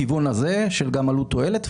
בכיוון הזה של גם עלות/תועלת.